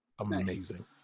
amazing